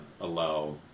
allow